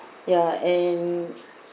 ya and